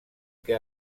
que